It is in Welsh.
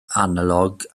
analog